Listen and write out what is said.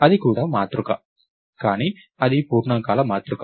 అది కూడా మాతృక కానీ ఇది పూర్ణాంకాల మాతృక